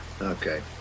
Okay